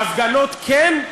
ההפגנות כן,